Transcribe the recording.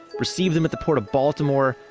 receive them at the port of baltimore,